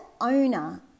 owner